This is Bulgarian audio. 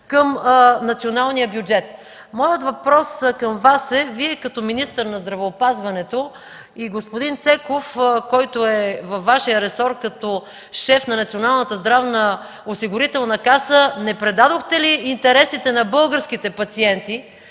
към националния бюджет. Моят въпрос към Вас е: Вие като министър на здравеопазването и господин Цеков, който е във Вашия ресор като шеф на Националната здравноосигурителна каса, не предадохте ли интересите на българските пациенти,